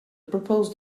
proposed